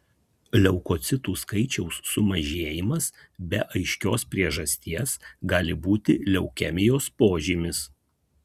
leukocitų skaičiaus sumažėjimas be aiškios priežasties gali būti leukemijos požymis